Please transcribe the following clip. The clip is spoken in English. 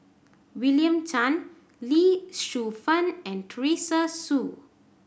William Tan Lee Shu Fen and Teresa Hsu